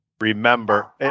remember